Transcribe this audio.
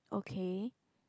okay